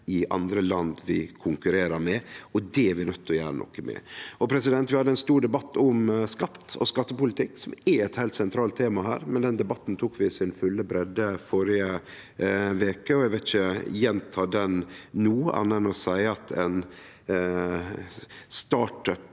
i andre land vi konkurrerer med. Det er vi nøydde til å gjere noko med. Vi hadde ein stor debatt om skatt og skattepolitikk, som er eit heilt sentralt tema her, men den debatten tok vi i si fulle breidde førre veke. Eg vil ikkje gjenta han no, anna enn å seie at ein startup-